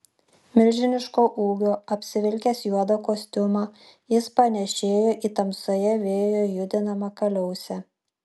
milžiniško ūgio apsivilkęs juodą kostiumą jis panėšėjo į tamsoje vėjo judinamą kaliausę